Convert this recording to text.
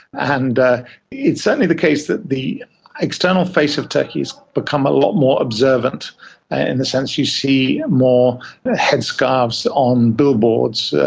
and it's certainly the case that the external face of turkey become a lot more observant in the sense you see more headscarves on billboards,